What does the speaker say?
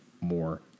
more